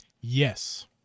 yes